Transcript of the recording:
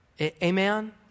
Amen